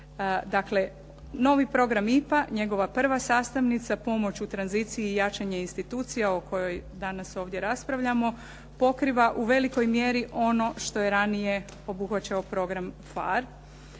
Dakle, novi program IPA, njegova prva sastavnica pomoć u tranziciji i jačanje institucija o kojoj danas ovdje raspravljamo pokriva u velikoj mjeri ono što je ranije obuhvaćao program PHARE